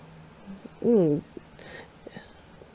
mm